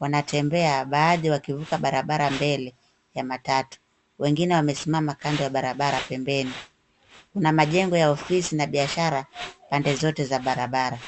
wanatembea baadhi wakivuka barabara mbele ya matatu, wengine wamesimama kando ya barabara pembeni, kuna majengo ya ofisi na biashara, pande zote za barabara.